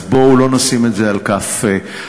אז בואו לא נשים את זה על כף המאזניים.